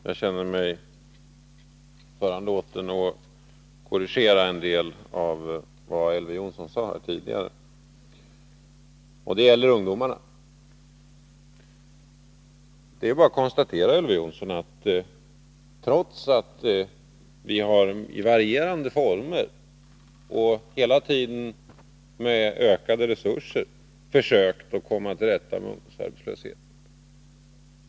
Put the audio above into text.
Herr talman! Jag känner mig föranlåten att korrigera en del av vad Elver Jonsson sade här tidigare. Det gäller ungdomarna. Det är bara att konstatera, Elver Jonsson, att vi i varierande former, och hela tiden med ökade resurser, har försökt komma till rätta med ungdomsarbetslösheten.